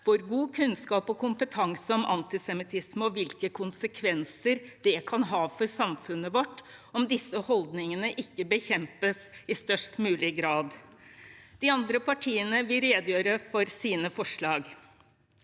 får god kunnskap og kompetanse om antisemittisme og om hvilke konsekvenser det kan ha for samfunnet vårt om disse holdningene ikke bekjempes i størst mulig grad. De andre partiene vil redegjøre for sine forslag.